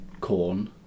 corn